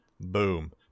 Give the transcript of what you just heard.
boom